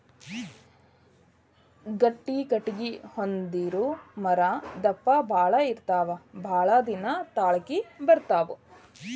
ಗಟ್ಟಿ ಕಟಗಿ ಹೊಂದಿರು ಮರಾ ದಪ್ಪ ಬಾಳ ಇರತಾವ ಬಾಳದಿನಾ ತಾಳಕಿ ಬರತಾವ